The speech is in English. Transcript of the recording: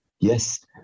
Yes